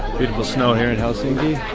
beautiful snow here in helsinki.